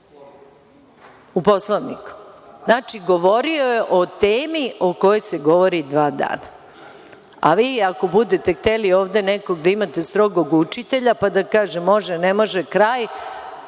tu pronašli? Znači, govorio je o temi o kojoj se govori dva dana, a vi ako budete hteli ovde nekog da imate strogog učitelja, pa da kaže – može, ne može, kraj,